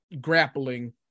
grappling